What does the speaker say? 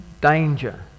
danger